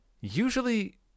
usually